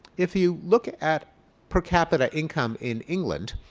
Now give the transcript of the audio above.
if you look at per capita income in england,